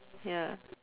ya